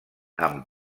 amb